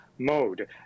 mode